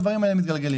הדברים האלה מתגלגלים.